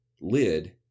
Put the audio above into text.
lid